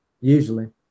Usually